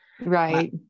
right